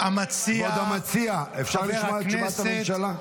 כבוד המציע, אפשר לשמוע את תשובת הממשלה?